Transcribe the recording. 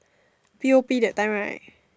p_o_p that time right